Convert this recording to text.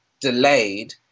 delayed